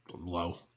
Low